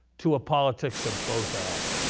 to a politics of both and.